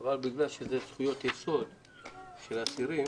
אבל בגלל שמדובר בזכויות יסוד של אסירים